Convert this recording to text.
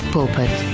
Pulpit